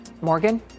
Morgan